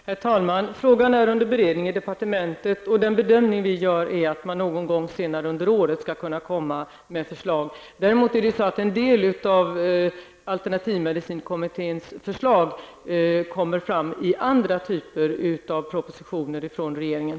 Herr talman! Frågan är under beredning i departementet. Den bedömning som vi gör är att man någon gång senare i år skall kunna komma med förslag. Däremot är det så, att en del av alternativmedicinkommitténs förslag kommer fram i andra propositioner från regeringen.